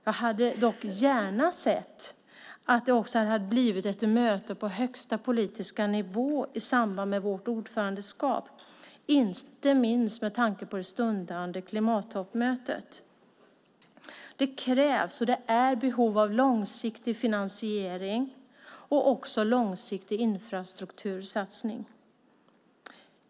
Jag hade dock gärna sett att det hade blivit ett möte på högsta politiska nivå i samband med vårt ordförandeskap, inte minst med tanke på det stundande klimattoppmötet. Det krävs och det är behov av långsiktig finansiering och långsiktig infrastruktursatsning.